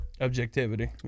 Objectivity